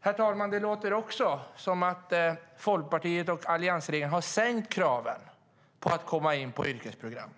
Herr talman! Det låter också som att Folkpartiet och alliansregeringen har sänkt kraven för att komma in på yrkesprogram.